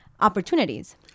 opportunities